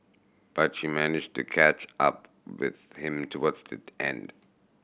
but she managed to catch up with him towards the end